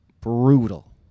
brutal